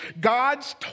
God's